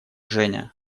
женя